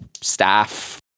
staff